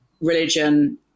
religion